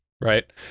Right